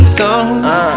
songs